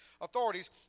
authorities